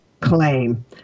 claim